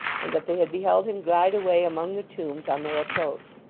and that they had beheld him glide away among the tombs on their approach.